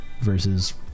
versus